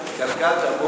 התקלקלת.